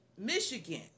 michigan